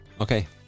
Okay